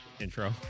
Intro